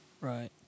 Right